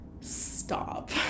stop